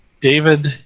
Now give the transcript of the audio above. David